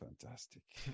fantastic